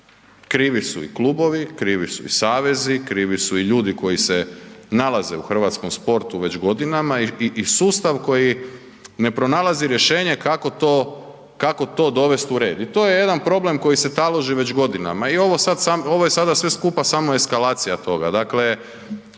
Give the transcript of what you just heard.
Krivi su i klubovi, krivi su i savezi, krivi su i ljudi koji se nalaze u hrvatskom sportu već godinama i sustav koji ne pronalazi rješenje kako to dovesti u red i to je jedan problem koji se taloži već godinama i ovo sad, ovo je sada sve skupa samo eskalacija toga,